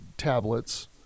Tablets